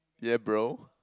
yeah bro